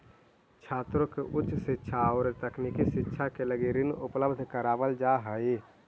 छात्रों के उच्च शिक्षा औउर तकनीकी शिक्षा के लगी ऋण उपलब्ध करावल जाऽ हई